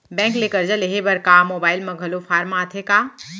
Bank ले करजा लेहे बर का मोबाइल म घलो फार्म आथे का?